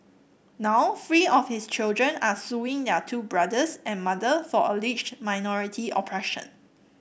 now three of his children are suing their two brothers and mother for alleged minority oppression